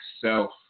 self